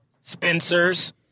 Spencer's